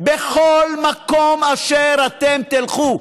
ואלך איתכם לכל מקום אשר אתם תלכו,